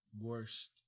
worst